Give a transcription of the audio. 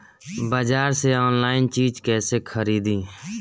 बाजार से आनलाइन चीज कैसे खरीदी?